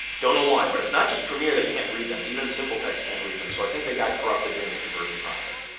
don't know why but it's not just premiere that can't read them. even simple text can't read them so i think they got corrupted during the conversion process.